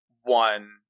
one